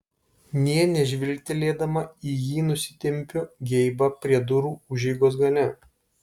nė nežvilgtelėdama į jį nusitempiu geibą prie durų užeigos gale